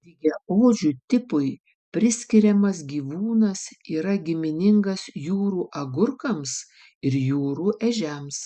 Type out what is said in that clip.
dygiaodžių tipui priskiriamas gyvūnas yra giminingas jūrų agurkams ir jūrų ežiams